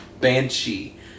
banshee